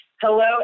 hello